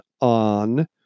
on